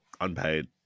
unpaid